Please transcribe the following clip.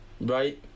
Right